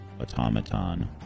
automaton